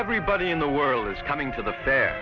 everybody in the world is coming to the fair